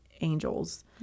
angels